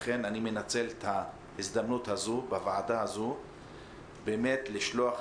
לכן אני מנצל את ההזדמנות הזו בוועדה הזו כדי לשלוח